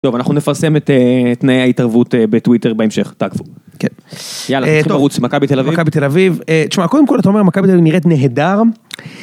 טוב אנחנו נפרסם את תנאי ההתערבות בטוויטר בהמשך, תעקבו. כן. יאללה נתחיל לרוץ מכבי תל אביב. מכבי תל אביב, תשמע קודם כל אתה אומר מכבי תל אביב נראית נהדר.